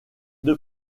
deux